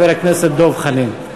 חבר הכנסת דב חנין.